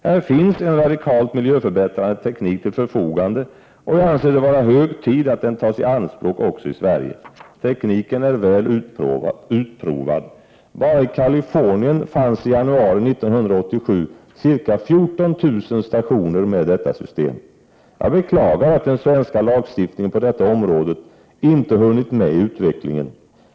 Här finns en radikal miljöförbättrande teknik till förfogande, och jag anser det vara hög tid att den tas i anspråk också i Sverige. Tekniken är väl utprovad. Bara i Kalifornien fanns i januari 1987 ca 14 000 stationer med detta system. Jag beklagar att den svenska lagstiftningen på detta område inte hunnit med i utvecklingen.